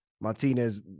Martinez